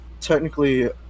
technically